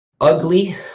ugly